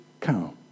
cow